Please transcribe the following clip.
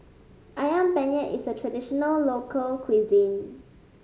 ayam penyet is a traditional local cuisine